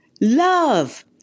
Love